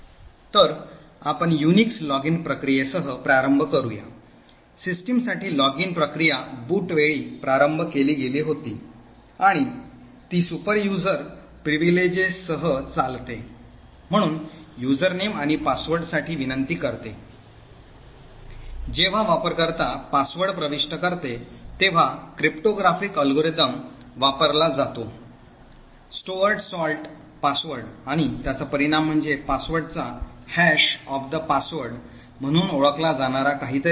तर आपण Unix login प्रक्रियेसह प्रारंभ करूया सिस्टमसाठी लॉगिन प्रक्रिया बूट वेळी प्रारंभ केली गेली होती आणि ती सुपरयुझर विशेषाधिकारांसह चालते म्हणून username आणि password साठी विनंती करते जेव्हा वापरकर्ता password प्रविष्ट करते तेव्हा क्रिप्टोग्राफिक अल्गोरिदम वापरला जातो संचयित मीठाचा password आणि त्याचा परिणाम म्हणजे password चा हॅश म्हणून ओळखला जाणारा काहीतरी